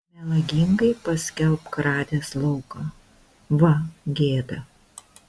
melagingai paskelbk radęs lauką va gėda